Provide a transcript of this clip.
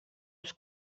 els